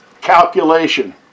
calculation